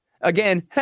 again